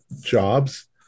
jobs